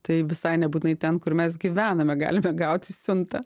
tai visai nebūtinai ten kur mes gyvename galime gauti siuntą